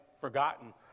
forgotten